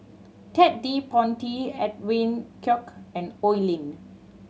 Ted De Ponti Edwin Koek and Oi Lin